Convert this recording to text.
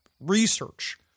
research